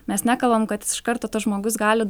mes nekalbam kad jis iš karto tas žmogus gali